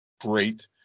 great